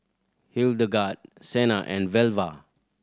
Hildegard Cena and Velva